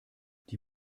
die